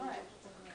איך אתה יודע שזה שליש?